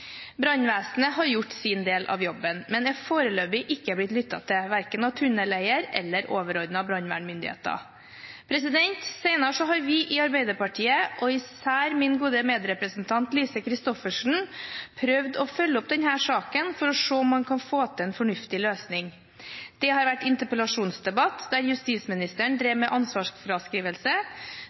Brannvesenet har gjort sin del av jobben, men er foreløpig ikke blitt lyttet til, verken av tunneleier eller overordnede brannvernmyndigheter. Senere har vi i Arbeiderpartiet, og især min medrepresentant Lise Christoffersen, prøvd å følge opp denne saken for å se om man kan få til en fornuftig løsning. Det har vært interpellasjonsdebatt, der justisministeren drev med ansvarsfraskrivelse.